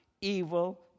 evil